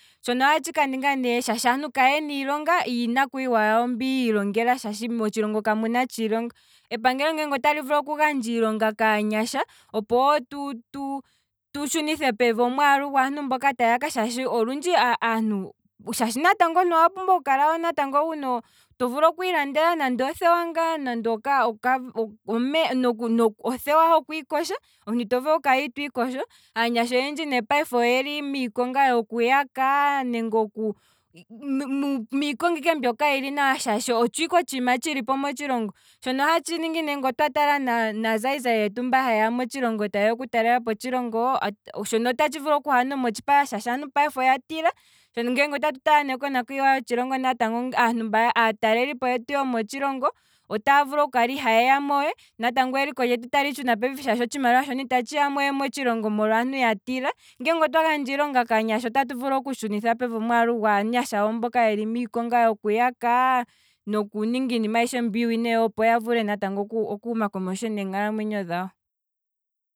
Shono ohatshi kaninga ne shaashi aantu kayena iilonga yiinakuyiwa yawo mbi yiilongela, shaashi motshilongo kamuna iilonga, epangelone otali vulu okugandja iilonga kaanyasha opo tu- tu- tu tshunithe pevi omwaalu gwantu mbeyaka, shaashi olundji omuntu natango owa pumbwa oku kala to vulu okwiilandela nande othewa ngaa, nande othewa hokwiikosha, omuntu ito vulu okukala itwiikosho, aanya oyendji ne payife oyeli miikonga yoku yaka. nenge moku miikonga ike mbi kayi li nawa shaashi otsho ike otshima tshi lipo motshilongo, mono ohatu tala ne naazayizayi yetu mba haye ya oku talelapo otshilongo, shono otatshi vulu okuha nomotshipala shaashi aantu oya tila, ngano nge otatu tala kona kwiiwa hotshilongo ngano aa talelipo yetu yomotshilongo, otaa vulu oku kala iha yeyamo we, natango eliko lyotshilongo tali tshuna pevi, shaashi otshimaliwa shono ita tshiyamo we motshilongo molwa aantu ya tila, ngeenge otwa gandja iilonga kaanyasha otatu vulu oku tshunitha pevi omwaalu gwaanyasha mboka yeli miikonga yoku yaka noku ninga iinima iiwinayi opo ya vule natango oku shuma komesho neenkalamwenyo dhawo.